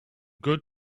good